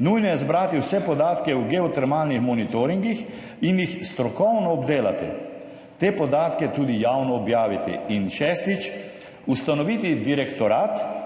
Nujno je zbrati vse podatke o geotermalnih monitoringih in jih strokovno obdelati, te podatke tudi javno objaviti. In šestič. Ustanoviti direktorat